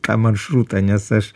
tą maršrutą nes aš